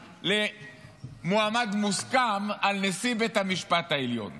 למועמד מוסכם לנשיא בית המשפט העליון.